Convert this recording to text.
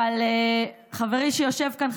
אבל חברי שיושב כאן,